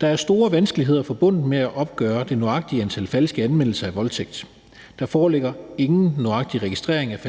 »Der er store vanskeligheder forbundet med at opgøre det nøjagtige antal falske anmeldelser af voldtægt. Der foreligger ingen nøjagtig registrering af